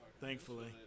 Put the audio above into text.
thankfully